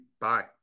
bye